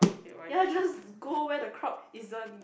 ya just go where the crowd isn't